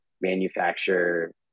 manufacture